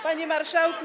Panie Marszałku!